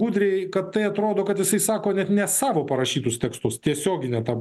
gudriai kad tai atrodo kad jisai sako net ne savo parašytus tekstus tiesiogine ta